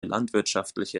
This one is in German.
landwirtschaftliche